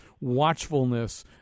watchfulness